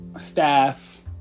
staff